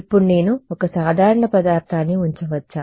ఇప్పుడు నేను ఒక సాధారణ పదార్థాన్ని ఉంచవచ్చా